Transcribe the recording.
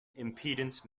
impedance